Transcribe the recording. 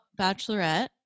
Bachelorette